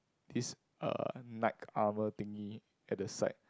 this uh knight armour thingy at the side